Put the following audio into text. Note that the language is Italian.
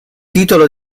titolo